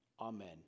Amen